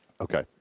Okay